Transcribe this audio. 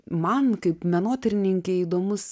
man kaip menotyrininkei įdomus